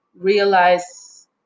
realize